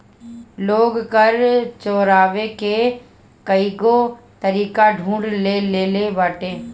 लोग कर चोरावे के कईगो तरीका ढूंढ ले लेले बाटे